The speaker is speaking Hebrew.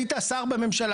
היית שר האנרגיה,